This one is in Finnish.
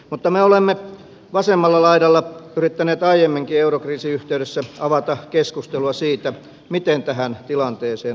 mutta me olemme vasemmalla laidalla yrittäneet aiemminkin eurokriisin yhteydessä avata keskustelua siitä miten tähän tilanteeseen on tultu